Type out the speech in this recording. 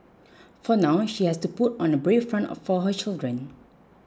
for now she has to put on a brave front of for her children